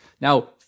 Now